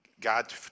God